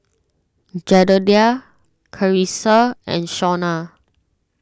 Jedediah Charissa and Shaunna